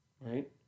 right